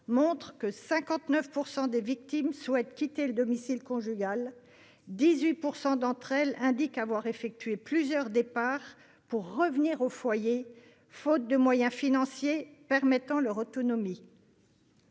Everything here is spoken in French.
montrent que 59 % des victimes souhaitent quitter le domicile conjugal et que 18 % d'entre elles indiquent avoir effectué plusieurs départs pour revenir au foyer faute de moyens financiers leur permettant d'être autonomes.